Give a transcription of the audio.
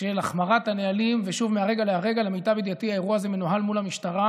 שמישהו במערכת הפוליטית ייקח על זה אחריות,